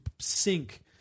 sync